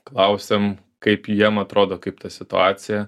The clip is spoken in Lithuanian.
klausėm kaip jiem atrodo kaip ta situacija